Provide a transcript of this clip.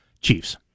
Chiefs